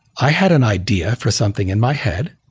i had an idea for something in my head.